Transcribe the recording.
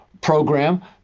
program